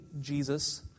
Jesus